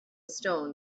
stone